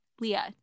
Leah